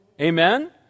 Amen